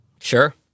Sure